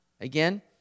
Again